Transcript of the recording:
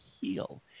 heal